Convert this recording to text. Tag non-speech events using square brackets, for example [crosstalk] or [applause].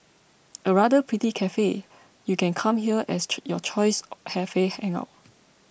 a rather pretty cafe you can come here as [unintelligible] your choice cafe hangout